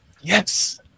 Yes